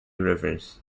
rivers